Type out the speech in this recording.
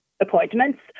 appointments